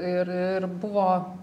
ir ir buvo